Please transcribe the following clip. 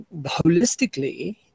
holistically